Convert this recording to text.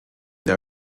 der